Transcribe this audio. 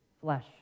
flesh